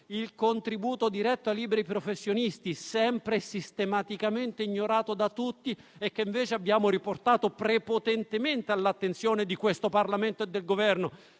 al contributo diretto ai liberi professionisti, sempre e sistematicamente ignorati da tutti, che invece abbiamo riportato prepotentemente all'attenzione di questo Parlamento e del Governo;